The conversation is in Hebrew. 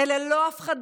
אלה לא הפחדות,